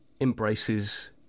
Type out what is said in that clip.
embraces